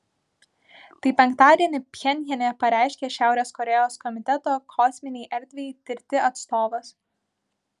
tai penktadienį pchenjane pareiškė šiaurės korėjos komiteto kosminei erdvei tirti atstovas